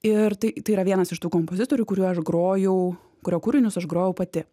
ir tai tai yra vienas iš tų kompozitorių kurių aš grojau kurio kūrinius aš grojau pati